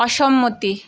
অসম্মতি